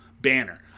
banner